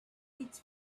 its